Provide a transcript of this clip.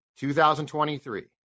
2023